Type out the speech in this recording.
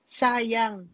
sayang